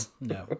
no